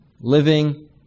living